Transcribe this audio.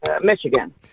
Michigan